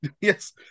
Yes